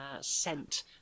scent